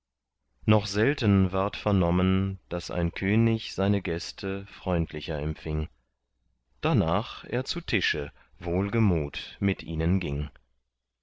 noch selten ward vernommen daß ein könig seine gäste freundlicher empfing danach er zu tische wohlgemut mit ihnen ging